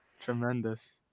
Tremendous